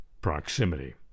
proximity